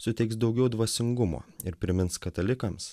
suteiks daugiau dvasingumo ir primins katalikams